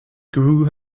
grew